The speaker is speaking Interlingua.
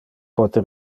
pote